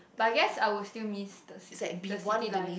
but I guess I would still miss the city the city life